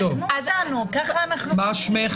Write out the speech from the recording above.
ככה אנחנו מבינים.